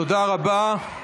תודה רבה.